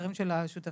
ואחרים של השותפים,